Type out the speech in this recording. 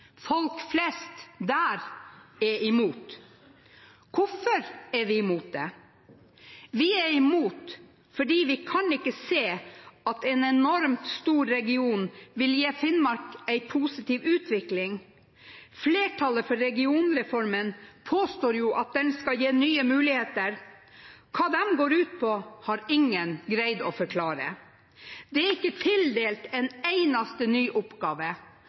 Folk flest der er imot. Hvorfor er vi imot det? Vi er i mot fordi vi ikke kan se at en enormt stor region vil gi Finnmark en positiv utvikling. Flertallet for regionreformen påstår jo at den skal gi nye muligheter. Hva de går ut på, har ingen greid å forklare. Det er ikke tildelt en eneste ny oppgave,